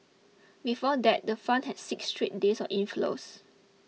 before that the fund had six straight days of inflows